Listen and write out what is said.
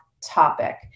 topic